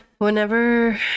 Whenever